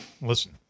Listen